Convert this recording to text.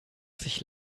sich